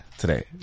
Today